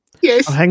Yes